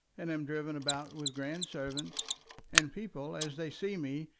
and am driven about with grand servants and people, as they see me,